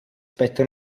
aspetta